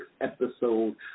episode